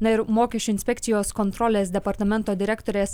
na ir mokesčių inspekcijos kontrolės departamento direktorės